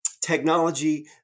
technology